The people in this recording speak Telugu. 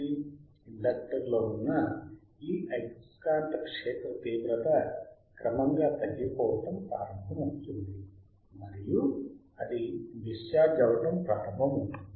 ఇండక్టర్ లో ఉన్న ఈ అయస్కాంత క్షేత్ర తీవ్రత క్రమంగా తగ్గిపోవటం ప్రారంభమవుతుంది మరియు అది డిశ్చార్జ్ అవ్వటం ప్రారంభమవుతుంది